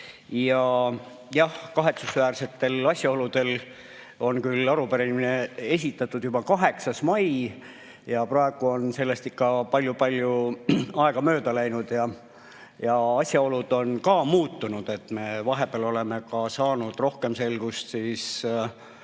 Jah, kahetsusväärsetel asjaoludel on arupärimine esitatud juba 8. mail ja praegu on sellest ikka palju-palju aega mööda läinud ja ka asjaolud on muutunud. Vahepeal oleme me saanud rohkem selgust valitsuse